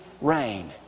rain